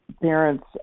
parents